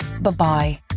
Bye-bye